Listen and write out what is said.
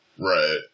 Right